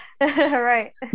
right